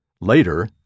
Later